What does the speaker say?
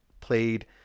played